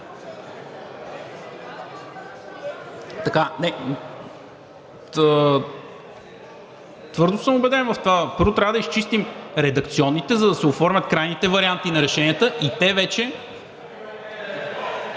Твърдо съм убеден в това. Първо, трябва да изчистим редакционните, за да се оформят крайните варианти на решенията и те вече…(Шум